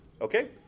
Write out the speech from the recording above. Okay